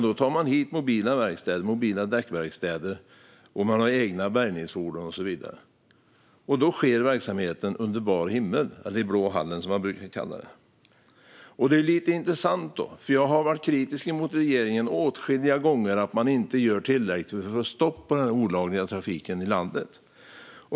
Då tar de i stället hit mobila däckverkstäder och egna bärgningsfordon, och så sker verksamheten under bar himmel - i Blå hallen, som man brukar säga. Det här är en intressant situation. Jag har kritiserat regeringen åtskilliga gånger för att den inte gör tillräckligt för att stoppa den olagliga trafiken i landet.